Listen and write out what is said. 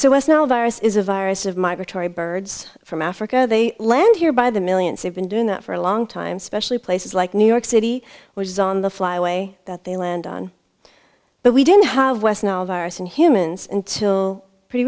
so west nile virus is a virus of migratory birds from africa they land here by the millions have been doing that for a long time specially places like new york city which is on the flyaway that they land on but we didn't have west nile virus in humans until pretty